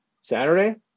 Saturday